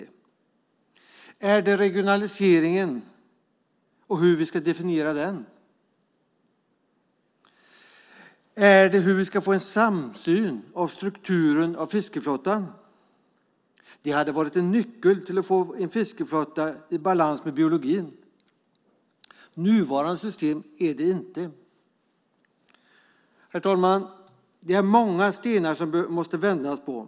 Är det frågorna om regionaliseringen och om hur vi ska definiera denna? Är det frågorna om hur vi ska få till stånd en samsyn kring strukturen av fiskeflottan? Det hade varit en nyckel till att få en fiskeflotta i balans med biologin. Nuvarande system är inte det. Herr talman! Det är många stenar som det måste vändas på.